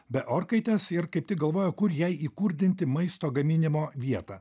be orkaitės ir kaip tik galvoja kur jai įkurdinti maisto gaminimo vietą